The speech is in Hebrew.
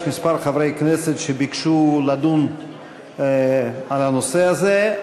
כמה חברי כנסת ביקשו לדון בנושא הזה.